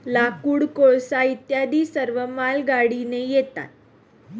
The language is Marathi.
लाकूड, कोळसा इत्यादी सर्व मालगाडीने येतात